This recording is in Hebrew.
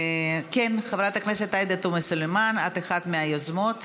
כן, חברת הכנסת עאידה תומא סלימאן, אחת מהיוזמות.